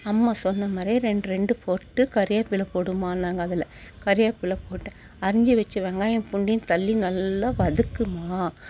அம்மா சொன்ன மாதிரியே ரெண்டுரெண்டு போட்டு கறிவேப்பில்லை போடும்மான்னாங்க அதில் கறிவேப்பில்லை போட்டு அரிஞ்சு வைச்ச வெங்காயம் பூண்டையும் தள்ளி நல்லா வதக்கும்மா